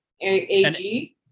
ag